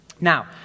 Now